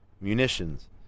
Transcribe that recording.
munitions